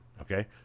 Okay